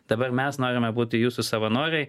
dabar mes norime būti jūsų savanoriai